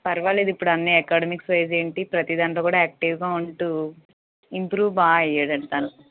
పర్వాలేదు ఇప్పడు అన్నీ అకాడమిక్స్ వైస్ ఏంటి ప్రతి దాంట్లో కూడా యాక్టివ్గా ఉంటు ఇంప్రూవ్ బాగా అయ్యాడు అండి తను